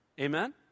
Amen